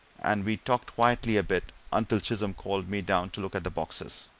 and we talked quietly a bit until chisholm called me down to look at the boxes.